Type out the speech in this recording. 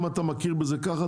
אם אתה מכיר בזה כך,